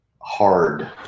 hard